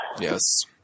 Yes